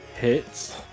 Hits